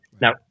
Now